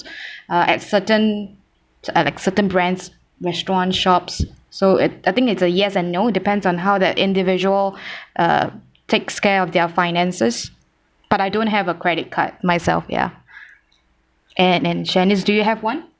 uh at certain at like certain brands restaurant shops so it I think it's a yes and no depends on how that individual uh takes care of their finances but I don't have a credit card myself ya and and shanice do you have one